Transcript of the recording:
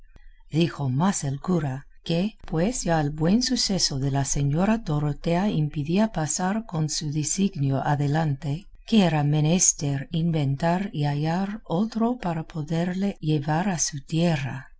desparatado dijo más el cura que pues ya el buen suceso de la señora dorotea impidía pasar con su disignio adelante que era menester inventar y hallar otro para poderle llevar a su tierra